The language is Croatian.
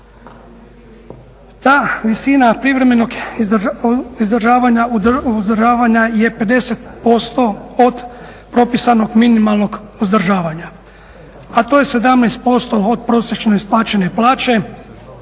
Ta visina privremenog uzdržavanja je 50% od propisanog minimalnog uzdržavanja a to je 17% od prosječno isplaćene plaće